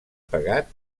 pegat